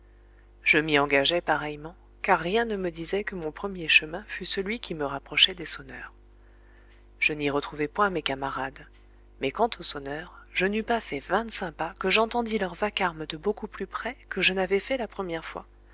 je m'y engageai pareillement car rien ne me disait que mon premier chemin fût celui qui me rapprochait des sonneurs je n'y retrouvai point mes camarades mais quant aux sonneurs je n'eus pas fait vingt-cinq pas que j'entendis leur vacarme de beaucoup plus près que je n'avais fait la première fois